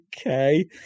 okay